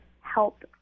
help